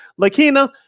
Lakina